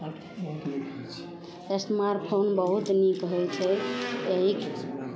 smart phone बहुत नीक होइ छै एहिके